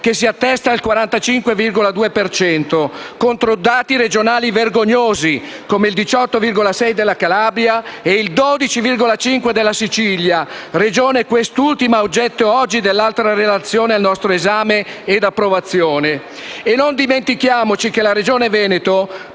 che si attesta al 45,2 per cento, contro dati regionali vergognosi come il 18,6 della Calabria e il 12,5 della Sicilia, Regione quest'ultima oggetto oggi dell'altra relazione al nostro esame. Non dimentichiamoci, inoltre, che la Regione Veneto